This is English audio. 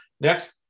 Next